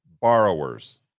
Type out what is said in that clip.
borrowers